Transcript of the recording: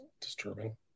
disturbing